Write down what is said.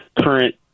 current